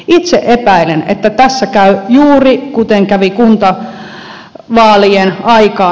itse epäilen että tässä käy juuri kuten kävi kuntavaalien aikaan